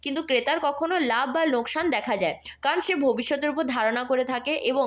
কিন্তু ক্রেতার কখনো লাভ বা লোকসান দেখা যায় কারণ সে ভবিষ্যতের উপর ধারণা করে থাকে এবং